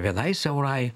vienai siaurai